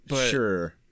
Sure